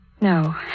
No